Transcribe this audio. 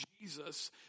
jesus